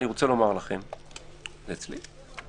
אני מתנגד לו עקרונית, נתחיל בזה.